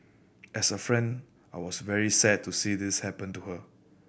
as a friend I was very sad to see this happen to her